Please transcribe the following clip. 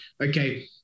okay